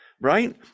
Right